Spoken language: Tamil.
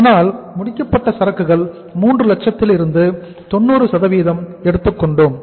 அதனால் முடிக்கப்பட்ட சரக்குகள் 3 லட்சத்திலிருந்து 90 எடுத்துக்கொண்டோம்